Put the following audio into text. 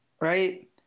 right